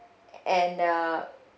and uh